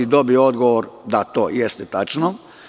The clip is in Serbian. Dobio odgovor, da to jeste tačno.